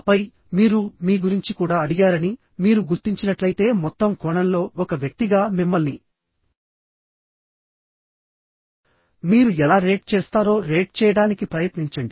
ఆపై మీరు మీ గురించి కూడా అడిగారని మీరు గుర్తించినట్లయితే మొత్తం కోణంలో ఒక వ్యక్తిగా మిమ్మల్ని మీరు ఎలా రేట్ చేస్తారో రేట్ చేయడానికి ప్రయత్నించండి